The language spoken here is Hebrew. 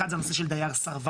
אחד, זה הנושא של דייר סרבן.